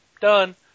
done